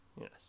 Yes